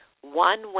one